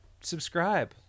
subscribe